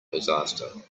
disaster